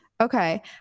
Okay